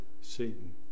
Satan